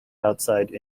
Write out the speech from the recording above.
outside